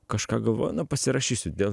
kažką galvoju nu pasirašysiu dėl